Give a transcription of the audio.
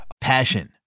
Passion